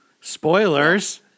Spoilers